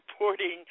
reporting